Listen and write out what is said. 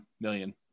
million